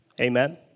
Amen